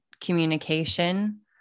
communication